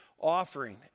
offering